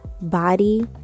body